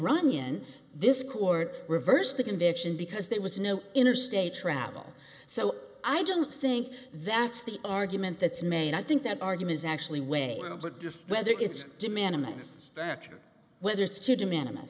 runyon this court reversed the conviction because there was no interstate travel so i don't think that's the argument that's made i think that argument is actually way just whether it's demand in the us whether it's to demand